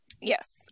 Yes